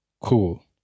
Cool